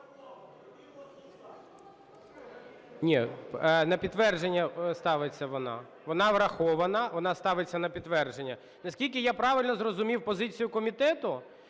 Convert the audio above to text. Ні, на підтвердження ставиться вона. Вона врахована, вона ставиться на підтвердження. Наскільки я правильно зрозумів позицію комітету,